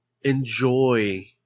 enjoy